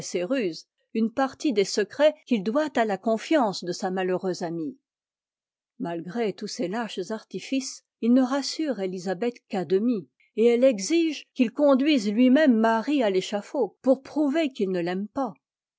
une partie des secrets qu'il doit à la confiance de sa malheureuse amie malgré tous ces lâches artifices il ne rassure élisabeth qu'à demi et elle exige qu'il conduise lui-même marie à l'échafaud pour prouver qu'il ne l'aime pas